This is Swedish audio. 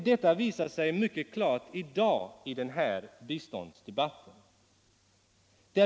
Detta visar sig mycket klart i dag i den här biståndsdebatten.